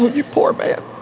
you poor man,